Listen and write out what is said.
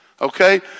okay